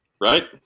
Right